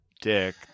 dick